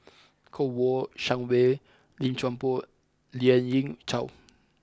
Kouo Shang Wei Lim Chuan Poh Lien Ying Chow